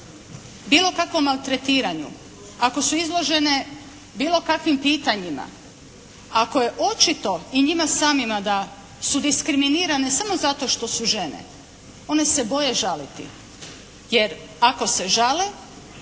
bilo kakvom maltretiranju, ako su izložene bilo kakvim pitanjima, ako je očito i njima samima da su diskriminirane samo zato što su žene one se boje žaliti. Jer ako se žale